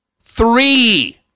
Three